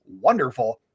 wonderful